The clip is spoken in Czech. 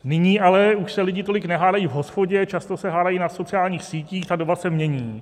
Nyní ale už se lidi tolik nehádají v hospodě, často se hádají na sociálních sítích a doba se mění.